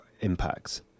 impacts